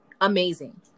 amazing